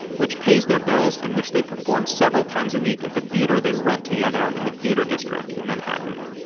which pays their bills in which they perform several times a week at the theater. they rent together in the theater district in manhattan.